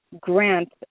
grant